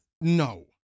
no